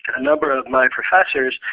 a number of my professors,